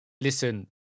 Listen